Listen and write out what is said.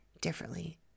differently